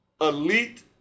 elite